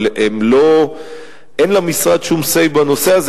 אבל אין למשרד שום say בנושא הזה,